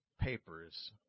papers